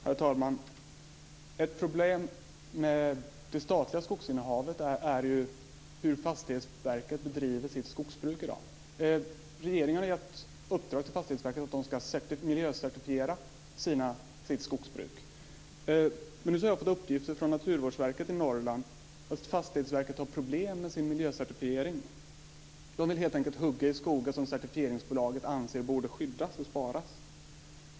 Herr talman! Ett problem med det statliga skogsinnehavet är ju hur Fastighetsverket bedriver sitt skogsbruk i dag. Regeringen har gett i uppdrag till Fastighetsverket att det ska miljöcertifiera sitt skogsbruk. Jag har fått uppgifter från Naturvårdsverket i Norrland om att Fastighetsverket har problem med sin miljöcertifiering. Man vill helt enkelt hugga i skogen som certifieringsbolaget anser borde skyddas och sparas.